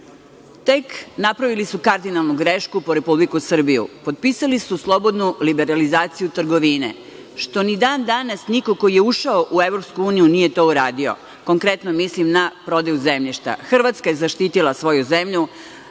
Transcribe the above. tek napravili su kardinalnu grešku po Republiku Srbiju. Potpisali su slobodnu liberalizaciju trgovine, što ni dan danas niko ko je ušao u EU nije to uradio. Konkretno, mislim na prodaju zemljišta. Hrvatska je zaštitila svoju zemlju.